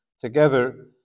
together